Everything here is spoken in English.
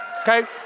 Okay